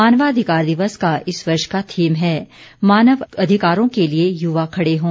मानवाधिकार दिवस का इस वर्ष का थीम है मानव अधिकारों के लिए युवा खड़े हों